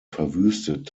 verwüstet